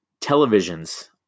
televisions